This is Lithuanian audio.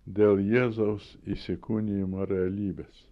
dėl jėzaus įsikūnijimo realybės